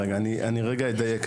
אני רגע אדייק,